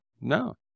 no